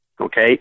Okay